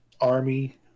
army